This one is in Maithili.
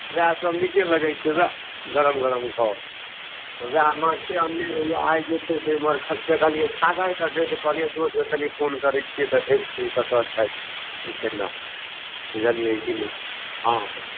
ओएह सभ नीके लगैत छै ओएह गरम गरम खाउ तऽ ओएह माछे अनने रहियै आइ जे छै से इमहर ख देखलियै छागर कटैत तऽ कहलियै दोस कऽ कनि फोन करैत छियै देखैत छियै कतऽ छथि कि केना बुझलियै कि ने हँ